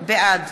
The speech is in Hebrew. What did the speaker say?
בעד